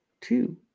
two